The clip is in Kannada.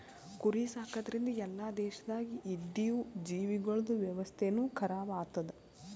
ಕುರಿ ಸಾಕದ್ರಿಂದ್ ಎಲ್ಲಾ ದೇಶದಾಗ್ ಇದ್ದಿವು ಜೀವಿಗೊಳ್ದ ವ್ಯವಸ್ಥೆನು ಖರಾಬ್ ಆತ್ತುದ್